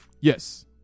Yes